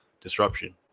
Disruption